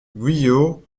guyot